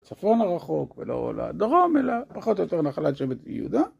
צפון הרחוק ולא לדרום אלא פחות או יותר נחלת שבט יהודה.